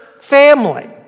family